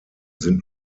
sind